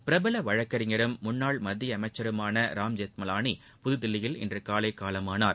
பிரபல வழக்கறிஞரும் முன்னாள் மத்திய அமைச்சருமான ராம்ஜெத்மலாளி புதுதில்லியில் இன்று காலை காலமானார்